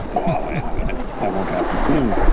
go ah away, that won't happen. boom.